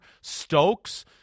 Stokes